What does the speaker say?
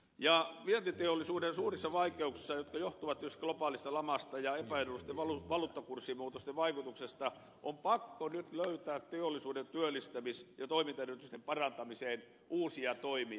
ja vientiteollisuuden suurissa vaikeuksissa jotka johtuvat juuri globaalista lamasta ja epäedullisista valuuttakurssimuutosten vaikutuksista on pakko nyt löytää teollisuuden työllistämis ja toimintaedellytysten parantamiseen uusia toimia